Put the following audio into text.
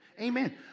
Amen